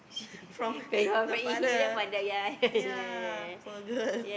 from the father yeah poor girl